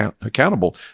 accountable